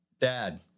Dad